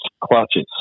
clutches